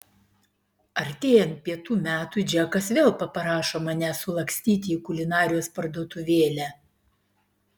artėjant pietų metui džekas vėl paprašo manęs sulakstyti į kulinarijos parduotuvėlę